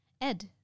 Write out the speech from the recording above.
Ed